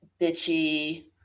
bitchy